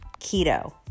Keto